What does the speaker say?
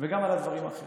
וגם על הדברים האחרים,